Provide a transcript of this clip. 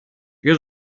ihr